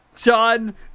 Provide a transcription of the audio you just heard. John